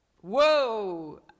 whoa